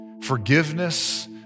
Forgiveness